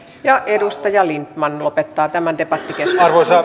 ja edustaja lindtman lopettaa tämän debattikeskustelun